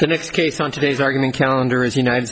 the next case on today's argument counter as you know